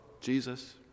Jesus